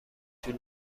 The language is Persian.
طول